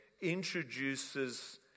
introduces